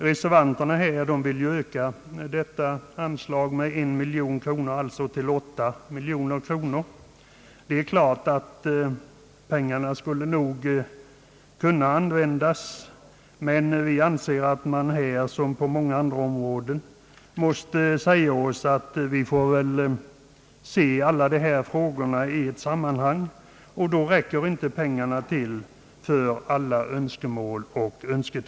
Reservanterna vill ju öka detta anslag med en miljon kronor, alltså till åtta miljoner kronor. Pengarna skulle givetvis kunna användas, men utskottet anser att vi här såsom på många andra områden måste säga oss att vi får se alla dessa frågor i ett sammanhang. Då räcker pengarna inte till för alla önskemål.